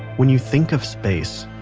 when you think of space,